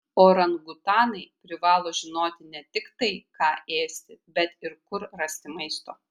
orangutanai privalo žinoti ne tik tai ką ėsti bet ir kur rasti maisto